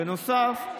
בנוסף,